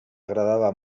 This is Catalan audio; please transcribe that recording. agradava